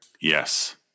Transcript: yes